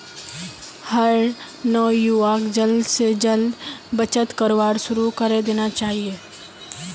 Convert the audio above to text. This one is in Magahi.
हर नवयुवाक जल्दी स जल्दी बचत करवार शुरू करे देना चाहिए